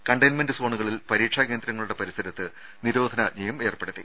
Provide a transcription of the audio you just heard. containment സോണുകളിൽ പരീക്ഷ കേന്ദ്രങ്ങളുടെ പരിസരത്ത് നിരോധനാജ്ഞയും ഏർപ്പെടുത്തി